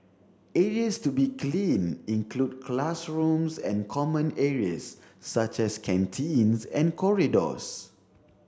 areas to be cleaned include classrooms and common areas such as canteens and corridors